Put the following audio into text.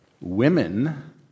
women